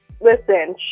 Listen